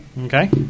okay